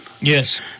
Yes